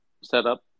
setup